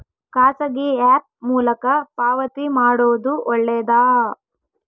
ಖಾಸಗಿ ಆ್ಯಪ್ ಮೂಲಕ ಪಾವತಿ ಮಾಡೋದು ಒಳ್ಳೆದಾ?